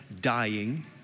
dying